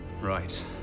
Right